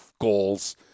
goals